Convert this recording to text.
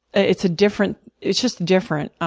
it's a different it's just different.